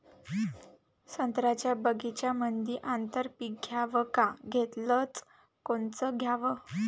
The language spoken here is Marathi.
संत्र्याच्या बगीच्यामंदी आंतर पीक घ्याव का घेतलं च कोनचं घ्याव?